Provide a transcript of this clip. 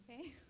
Okay